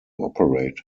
operate